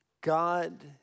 God